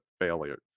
failure